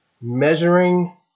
measuring